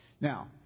Now